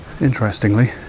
Interestingly